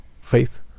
faith